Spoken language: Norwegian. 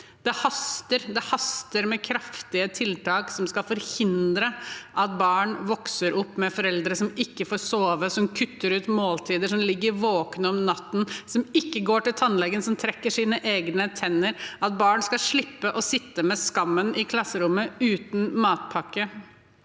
Det haster med kraftige tiltak som skal forhindre at barn vokser opp med foreldre som ikke får sove, som kutter ut måltider, som ligger våkne om natten, som ikke går til tannlegen, som trekker sine egne tenner. Det haster med tiltak som gjør at barn slipper å sitte med skammen i klasserommet, uten matpakke.